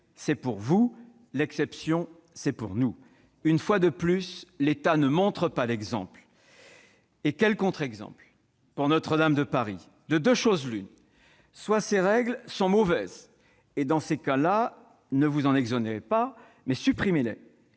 c'est pour vous ; l'exception, c'est pour nous. » Très bien ! Une fois de plus, l'État ne montre pas l'exemple. Et quel contre-exemple ! Pour Notre-Dame de Paris, de deux choses l'une : soit ces règles sont mauvaises, et dans ce cas ne vous en exonérez pas, mais supprimez-les